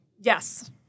Yes